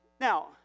Now